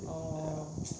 oh